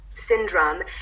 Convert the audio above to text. syndrome